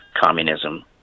communism